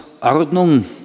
Ordnung